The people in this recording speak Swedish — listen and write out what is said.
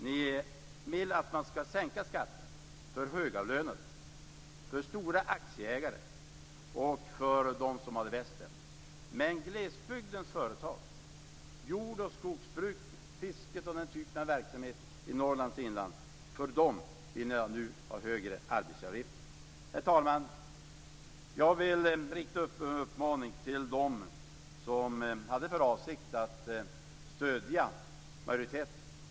Ni vill att man skall sänka skatten för högavlönade, för stora aktieägare och för dem som har det bäst ställt, men för glesbygdens företag - jord och skogsbruket, fisket och den typen av verksamhet i Norrlands inland - vill ni nu ha högre arbetsgivaravgifter. Herr talman! Jag vill rikta en uppmaning till dem som hade för avsikt att stödja majoriteten.